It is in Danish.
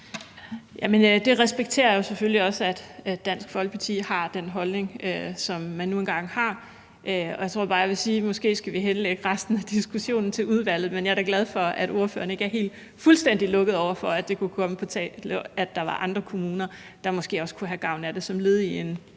(SF): Det respekterer jeg jo selvfølgelig også, altså at Dansk Folkeparti har den holdning, som de nu engang har. Jeg tror bare, jeg vil sige, at måske skal vi henlægge resten af diskussionen til udvalget. Men jeg er da glad for, at ordføreren ikke er helt fuldstændig lukket over for, at det kunne komme på tale, at der var andre kommuner, der måske også kunne have gavn af det som led i en